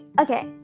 okay